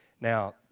Now